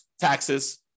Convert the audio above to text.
taxes